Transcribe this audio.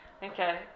Okay